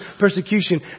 persecution